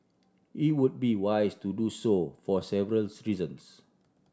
it would be wise to do so for several reasons